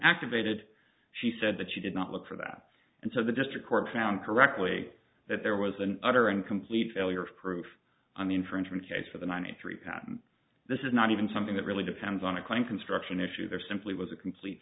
activated she said that she did not look for that and so the district court found correctly that there was an utter and complete failure of proof on the infringement case for the ninety three this is not even something that really depends on a claim construction issue there simply was a complete